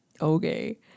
Okay